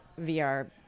VR